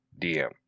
DM